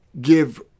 give